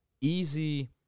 easy